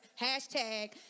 Hashtag